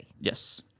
Yes